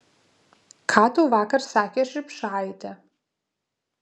ką tau vakar sakė šriubšaitė